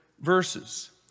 verses